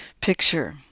picture